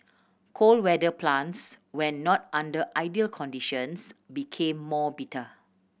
cold weather plants when not under ideal conditions become more bitter